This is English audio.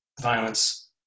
violence